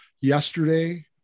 yesterday